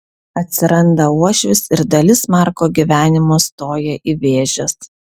atsiranda uošvis ir dalis marko gyvenimo stoja į vėžes